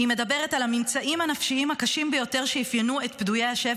היא מדברת על הממצאים הנפשיים הקשים ביותר שאפיינו את פדויי השבי